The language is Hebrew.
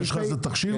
יש לך איזה תקשי"ר?